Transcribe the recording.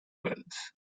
wales